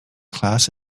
class